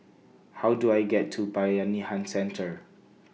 How Do I get to Bayanihan Centre